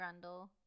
grundle